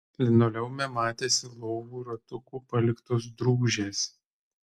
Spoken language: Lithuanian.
linoleume matėsi lovų ratukų paliktos drūžės